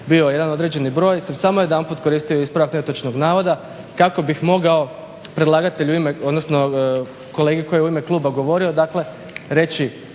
bio jedan određeni broj sam samo jedanputa koristio ispravak netočnog navoda kako bih mogao predlagatelj u ime, odnosno kolega koji je u ime kluba govorio dakle reći